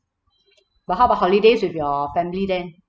but how about holidays with your family then